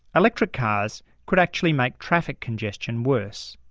electric cars could actually make traffic congestion worse.